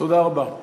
תודה רבה.